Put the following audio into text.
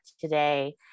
today